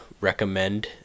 recommend